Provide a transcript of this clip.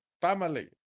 family